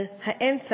על האמצע,